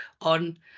on